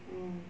mm